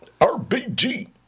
RBG